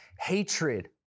Hatred